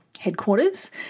headquarters